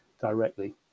directly